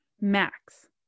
max